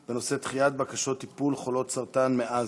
בנושא: דחיית בקשות טיפול של חולות סרטן מעזה.